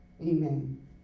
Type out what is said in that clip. Amen